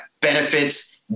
benefits